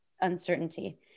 uncertainty